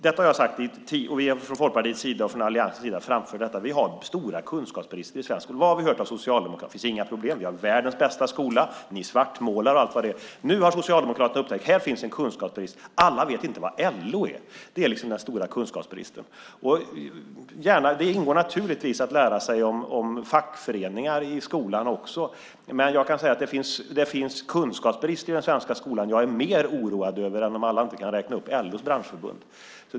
Detta har vi i Folkpartiet och alliansen framfört. Vi har stora kunskapsbrister i svensk skola. Vad har vi hört från Socialdemokraterna? Det finns inga problem. Vi har världens bästa skola. Ni säger att vi svartmålar. Nu har Socialdemokraterna upptäckt att här finns en kunskapsbrist. Alla vet inte vad LO är. Det är den stora kunskapsbristen. Det ingår naturligtvis att lära sig om fackföreningar i skolan också, men det finns kunskapsbrister i den svenska skolan som jag är mer oroad över än om alla inte kan räkna upp LO:s branschförbund.